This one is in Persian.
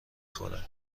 خورد